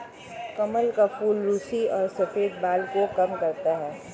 कमल का फूल रुसी और सफ़ेद बाल को कम करता है